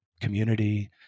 community